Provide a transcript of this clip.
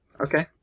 Okay